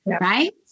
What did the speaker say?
Right